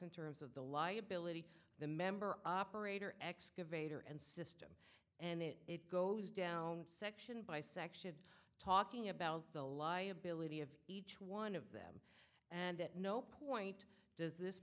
in terms of the liability the member upper rater excavator and sit and it goes down section by section talking about the liability of each one of them and at no point does this